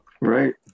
Right